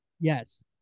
Yes